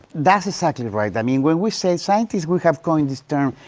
that's exactly right. i mean, when we say. scientists, we have coined this, um